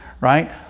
right